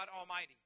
Almighty